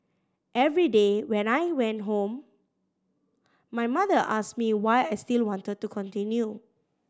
every day when I went home my mother asked me why I still wanted to continue